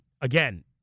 Again